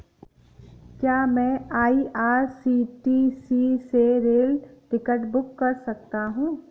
क्या मैं आई.आर.सी.टी.सी से रेल टिकट बुक कर सकता हूँ?